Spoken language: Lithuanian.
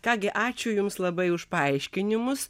ką gi ačiū jums labai už paaiškinimus